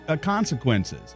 consequences